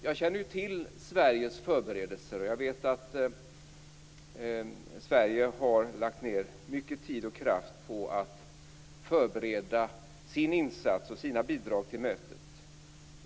Jag känner till Sveriges förberedelser och vet att Sverige har lagt ned mycket tid och kraft på att förbereda sin insats och sina bidrag till mötet.